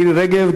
מירי רגב,